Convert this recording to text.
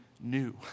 new